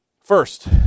First